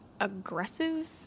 aggressive